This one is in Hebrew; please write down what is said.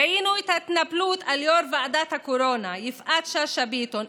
ראינו את ההתנפלות על יושבת-ראש ועדת הקורונה יפעת שאשא ביטון,